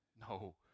No